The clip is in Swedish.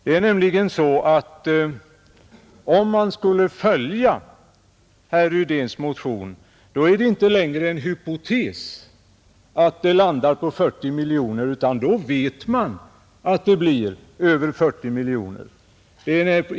Det är nämligen så att om man skulle följa herr Rydéns motion, så är det inte längre en hypotes att man landar på 40 miljoner, utan då vet man att det blir över 40 miljoner.